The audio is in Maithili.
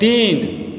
तीन